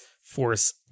force